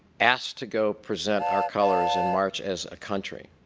asked to go present our colors and march as a country,